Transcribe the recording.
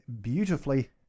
beautifully